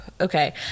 Okay